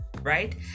Right